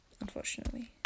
unfortunately